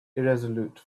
irresolute